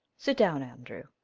sit down, andrew.